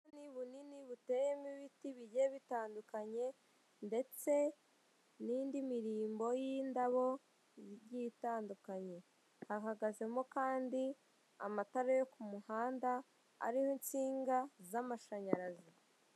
Ubusitani bunini buteyemo ibiti bigiye bitandukanye ndetse n'indi mirimbo y'indabo igiye itandukanye, hahagazemo kandi amatara yo ku muhanda ariho inshinga z'amashanyarazi.